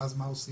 ואז מה עושים?